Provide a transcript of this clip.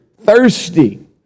thirsty